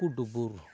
ᱠᱩᱠᱩ ᱰᱩᱵᱩᱨ